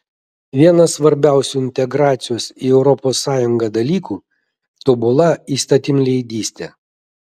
vienas svarbiausių integracijos į europos sąjungą dalykų tobula įstatymleidystė